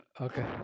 Okay